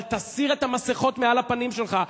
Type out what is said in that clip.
אבל תסיר את המסכות מעל הפנים שלך,